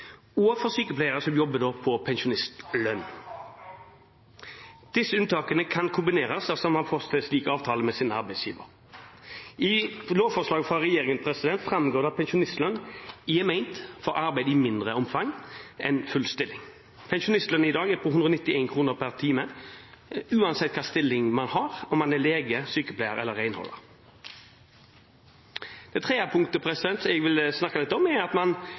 og for sykepleiere som jobber på pensjonistlønn. Disse unntakene kan kombineres hvis man får slik avtale med sin arbeidsgiver. I lovforslaget fra regjeringen framgår det at pensjonistlønn er ment for arbeid i mindre omfang enn full stilling. Pensjonistlønn i dag er på 191 kr per time uansett hvilken stilling man har, om man er lege, sykepleier eller renholdsarbeider. Det tredje punktet jeg vil snakke litt om, er at man